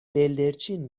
بلدرچین